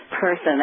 person